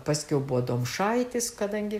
paskiau buvo domšaitis kadangi